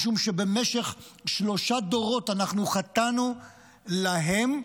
משום שבמשך שלושה דורות אנחנו חטאנו להם,